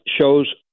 shows